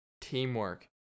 Teamwork